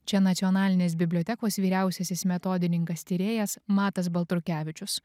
čia nacionalinės bibliotekos vyriausiasis metodininkas tyrėjas matas baltrukevičius